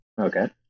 Okay